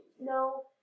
No